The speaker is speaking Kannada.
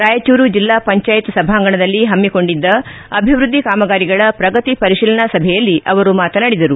ರಾಯಚೂರು ಜಿಲ್ಲಾ ಪಂಚಾಯತ್ ಸಭಾಂಗಣದಲ್ಲಿ ಪಮ್ಮಿಕೊಂಡಿದ್ದ ಅಭಿವೃದ್ದಿ ಕಾಮಗಾರಿಗಳ ಪ್ರಗತಿ ಪರಿಶೀಲನಾ ಸಭೆಯಲ್ಲಿ ಅವರು ಮಾತನಾಡಿದರು